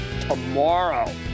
tomorrow